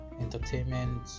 entertainment